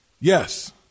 Yes